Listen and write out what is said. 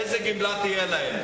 איזו גמלה תהיה להם?